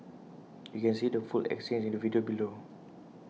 you can see the full exchange in the video below